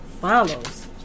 follows